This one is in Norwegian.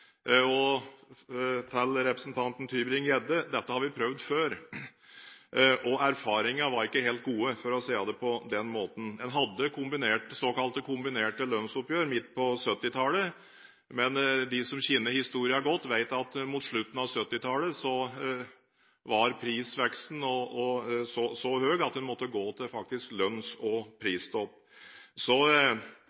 Til representanten Tybring-Gjedde: Dette har vi prøvd før. Erfaringene var ikke helt gode, for å si det på den måten. En hadde såkalte kombinerte lønnsoppgjør midt på 1970-tallet. De som kjenner historien godt, vet at mot slutten av 1970-tallet var prisveksten så høy at en faktisk måtte gå til lønns- og